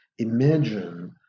imagine